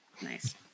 nice